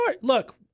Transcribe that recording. Look